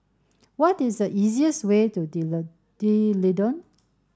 what is the easiest way to D'Leedon